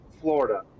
Florida